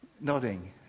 nodding